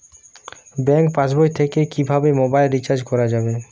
Bank পাশবই থেকে কিভাবে মোবাইল রিচার্জ করা যাবে?